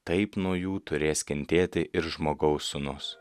taip nuo jų turės kentėti ir žmogaus sūnus